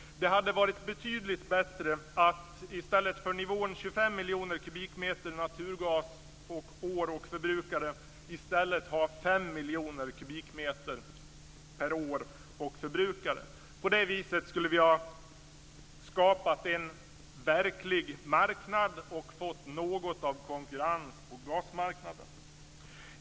Det hade varit betydligt bättre att i stället för nivån 25 miljoner kubikmeter naturgas per år och förbrukningsställe i stället ha 5 miljoner kubikmeter per år och förbrukningsställe. På det viset hade vi skapat en verklig marknad och fått något av konkurrens på gasmarknaden.